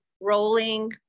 rolling